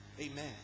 Amen